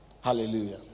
Hallelujah